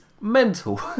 mental